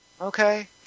Okay